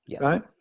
right